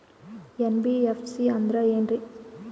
NBFC ಅಂದ್ರ ಏನ್ರೀ?